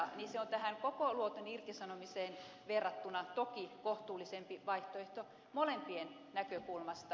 se on tähän koko luoton irtisanomiseen verrattuna toki kohtuullisempi vaihtoehto molempien näkökulmasta